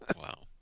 Wow